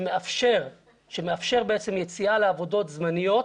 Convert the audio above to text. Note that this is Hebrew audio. שמאפשר יציאה לעבודות זמניות